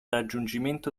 raggiungimento